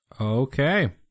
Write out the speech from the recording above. Okay